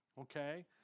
Okay